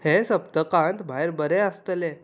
हे सप्तकांत भायर बरें आसतलें